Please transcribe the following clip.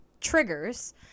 triggers